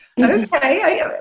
okay